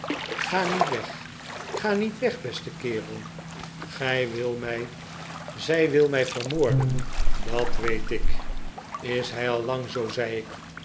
ga niet weg ga niet weg beste kerel zij wil mij vermoorden dat weet ik is hij al lang zoo zei ik